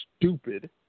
stupid